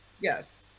yes